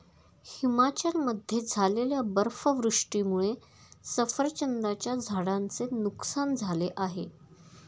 हिमाचलमध्ये झालेल्या बर्फवृष्टीमुळे सफरचंदाच्या झाडांचे नुकसान झाले आहे